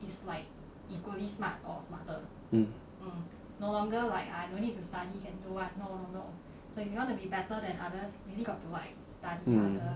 mm mm